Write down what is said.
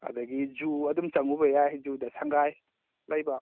ꯑꯗꯒꯤ ꯖꯨ ꯑꯗꯨꯝ ꯆꯪꯉꯨꯕ ꯌꯥꯏ ꯖꯨꯗ ꯁꯪꯉꯥꯏ ꯂꯩꯕ